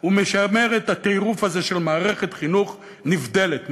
ומשמר את הטירוף הזה של מערכת חינוך נבדלת.